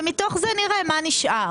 ומתוך זה נראה מה נשאר.